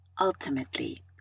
ultimately